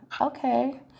Okay